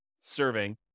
serving